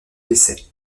décès